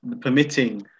permitting